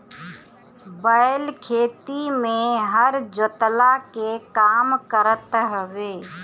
बैल खेती में हर जोतला के काम करत हवे